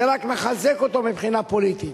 זה רק מחזק אותו מבחינה פוליטית.